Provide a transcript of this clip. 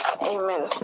amen